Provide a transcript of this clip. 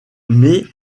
met